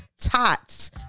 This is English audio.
tots